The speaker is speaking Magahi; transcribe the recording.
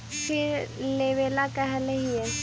फिर लेवेला कहले हियै?